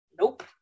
Nope